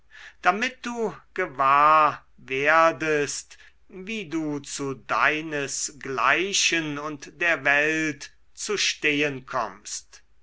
damit du gewahr werdest wie du zu deinesgleichen und der welt zu stehen kommst